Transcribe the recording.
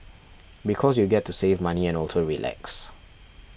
because you get to save money and also relax